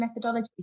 methodologies